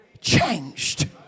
changed